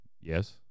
Yes